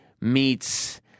meets